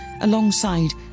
alongside